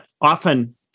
often